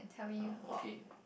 uh okay